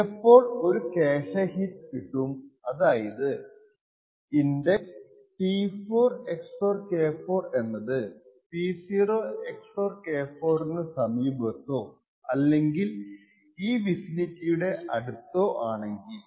ചിലപ്പോൾ ഒരു cache hit കിട്ടും അതായത് ഇന്ഡക്സ് T4 XOR K4 എന്നത് P0 XOR K0 നു സമീപത്തോ അല്ലെങ്കിൽ ഈ വിസിനിറ്റിയിലോ ആണ്